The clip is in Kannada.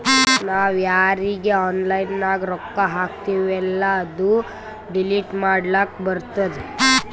ನಾವ್ ಯಾರೀಗಿ ಆನ್ಲೈನ್ನಾಗ್ ರೊಕ್ಕಾ ಹಾಕ್ತಿವೆಲ್ಲಾ ಅದು ಡಿಲೀಟ್ ಮಾಡ್ಲಕ್ ಬರ್ತುದ್